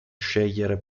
scegliere